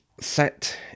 set